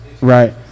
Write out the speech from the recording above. Right